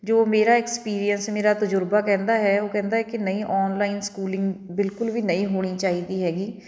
ਜੋ ਮੇਰਾ ਐਕਸਪੀਰੀਅੰਸ ਮੇਰਾ ਤਜੁਰਬਾ ਕਹਿੰਦਾ ਹੈ ਉਹ ਕਹਿੰਦਾ ਕਿ ਨਹੀਂ ਔਨਲਾਈਨ ਸਕੂਲਿੰਗ ਬਿਲਕੁਲ ਵੀ ਨਹੀਂ ਹੋਣੀ ਚਾਹੀਦੀ ਹੈਗੀ